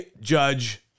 judge